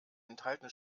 enthalten